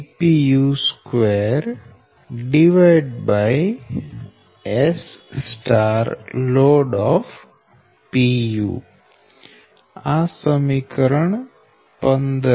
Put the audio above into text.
1SLoad Zpu Vpu2SLoad આ સમીકરણ 15 છે